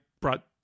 brought –